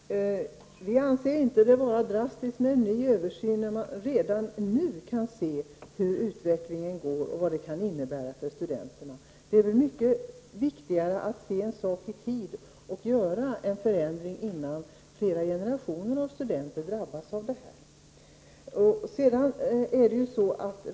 Herr talman! Vi i miljöpartiet anser inte att det är drastiskt att begära en översyn, när man redan nu kan se hur utvecklingen går och vad det kan innebära för studenterna. Det är mycket viktigare att se en sak i tid och göra en förändring innan flera generationer av studenter drabbas.